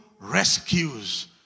rescues